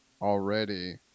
already